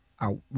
out